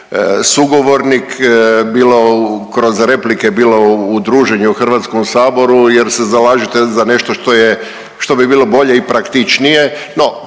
sugovornik bilo kroz replike, bilo u druženju u Hrvatskom saboru, jer se zalažete za nešto što bi bilo bolje i praktičnije.